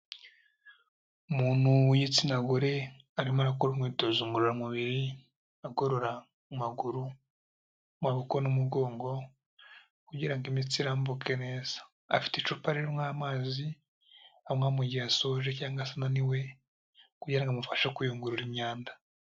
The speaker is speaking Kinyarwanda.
Umuntu w'igitsina gore arimo arakora umwitozo ngororamubiri agorora amaguru, maboko n'umugongo kugira ngo imitsi irambuke neza, afite icupa ririmo amazi anywa mu gihe asoje cyangwa se ananiwe kugira ngo amufashe kuyungurura imyanda.